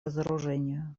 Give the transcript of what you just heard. разоружению